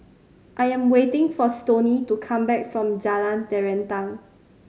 I am waiting for Stoney to come back from Jalan Terentang